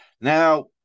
now